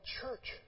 church